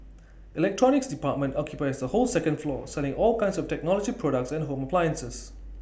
electronics department occupies the whole second floor selling all kinds of technology products and home appliances